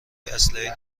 اسلحه